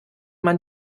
man